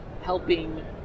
helping